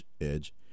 edge